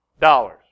dollars